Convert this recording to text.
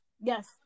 yes